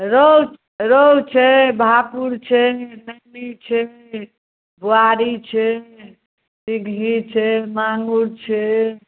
रोहु रोहु छै भाकुर छै छै नैनी छै बुआरी छै सिन्घी छै माँगुर छै